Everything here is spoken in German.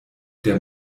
der